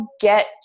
get